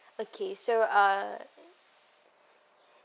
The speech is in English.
okay so uh